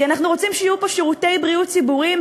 כי אנחנו רוצים שיהיו פה שירותי בריאות ציבוריים,